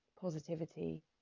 positivity